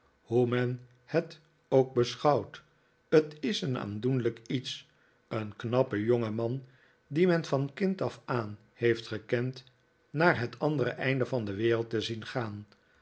hoe men het ook beschouwt t is een aandoenlijk iets een knappe jongeman dien men van kind af aan heeft gekend naar het andere einde van de wereld te zien gaan